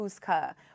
Kuzka